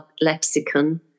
lexicon